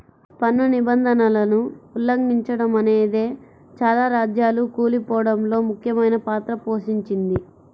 పన్ను నిబంధనలను ఉల్లంఘిచడమనేదే చాలా రాజ్యాలు కూలిపోడంలో ముఖ్యమైన పాత్ర పోషించింది